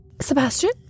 Sebastian